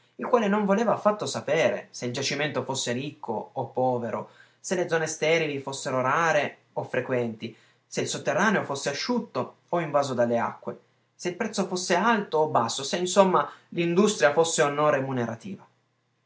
il quale non voleva affatto sapere se il giacimento fosse ricco o povero se le zone sterili fossero rare o frequenti se il sotterraneo fosse asciutto o invaso dalle acque se il prezzo fosse alto o basso se insomma l'industria fosse